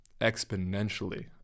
exponentially